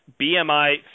BMI